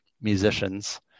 musicians